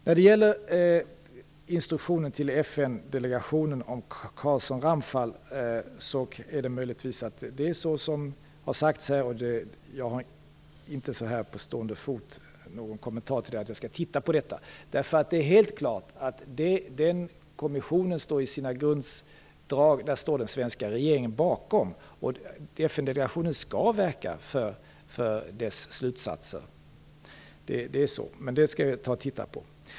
När det gäller instruktionen till FN-delegationen om Carlsson-Ramphal-kommissionen är det möjligt att det förhåller sig som har sagts här. Jag har inte så här på stående fot någon kommentar till det. Jag skall titta på detta. Det är helt klart att det den kommissionen i sina grunddrag står för, står den svenska regeringen bakom. FN-delegationen skall verka för dess slutsatser. Det är så. Det skall vi titta på.